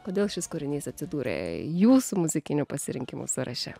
kodėl šis kūrinys atsidūrė jūsų muzikinių pasirinkimų sąraše